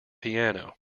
piano